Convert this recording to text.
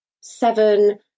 seven